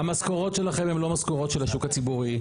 המשכורות שלכם הן לא משכורות של השוק הציבורי.